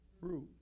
root